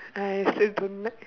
I also don't like